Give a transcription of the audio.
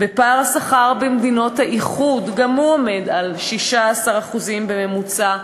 ופער השכר במדינות האיחוד גם הוא 16% בממוצע.